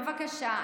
בבקשה,